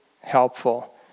helpful